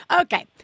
Okay